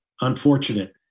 unfortunate